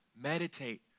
meditate